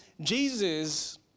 Jesus